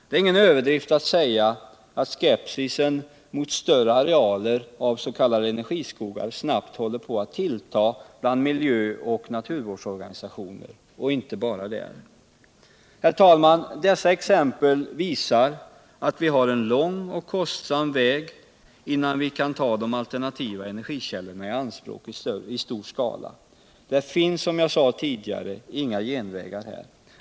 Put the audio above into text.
Det är ingen överdrift att säga att skepsisen mot större arealer av s.k. energiskogar snabbt håller på att tillta bland miljö och naturvårdsorganisationer och inte bara bland dem. Herr talman! Dessa exempel visar att vi har en lång och kostsam väg att gå innan vi kan ta de alternativa energikällorna i anspråk i stor skala. Det finns, som jag sade tidigare, inga genvägar.